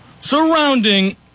surrounding